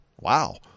Wow